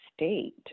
state